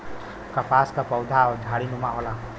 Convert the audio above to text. कपास क पउधा झाड़ीनुमा होला